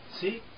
See